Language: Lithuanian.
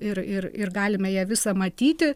ir ir ir galime ją visą matyti